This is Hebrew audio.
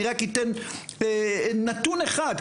אני רק אתן נתון אחד,